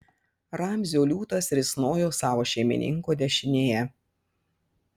ramzio liūtas risnojo savo šeimininko dešinėje